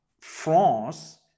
France